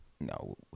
no